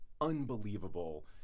unbelievable